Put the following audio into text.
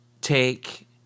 take